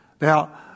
Now